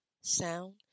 sound